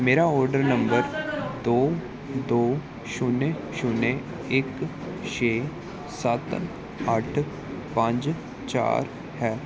ਮੇਰਾ order number ਦੋ ਦੋ ਛੂਨੇ ਛੂਨੇ ਇੱਕ ਛੇ ਸੱਤ ਅੱਠ ਪੰਜ ਚਾਰ ਹੈ